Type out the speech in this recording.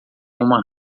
uma